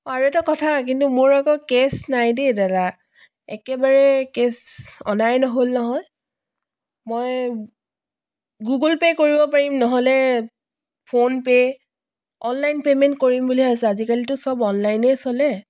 অঁ আৰু এটা কথা কিন্তু মোৰ আকৌ কেচ নাই দেই দাদা একেবাৰে কেচ অনাই নহ'ল নহয় মই গুগল পে' কৰিব পাৰিম নহ'লে ফ'নপে' অনলাইন পেইমেণ্ট কৰিম বুলি ভাবিছোঁ আজিকালিটো চব অনলাইনে চলে